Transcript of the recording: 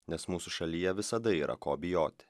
nes mūsų šalyje visada yra ko bijoti